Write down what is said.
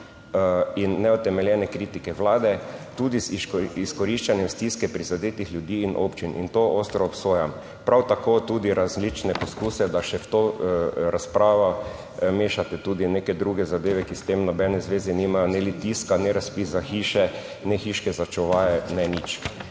in neutemeljene kritike Vlade tudi z izkoriščanjem stiske prizadetih ljudi in občin in to ostro obsojam prav tako tudi različne poskuse, da še v to razpravo mešate tudi neke druge zadeve, ki s tem nobene zveze, nimajo, ne tiska, ne razpis za hiše, ne hiške za čuvaje, ne nič.